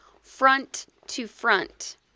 front-to-front